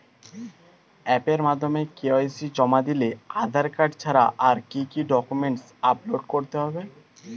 অ্যাপের মাধ্যমে কে.ওয়াই.সি জমা দিলে আধার কার্ড ছাড়া আর কি কি ডকুমেন্টস আপলোড করতে হবে?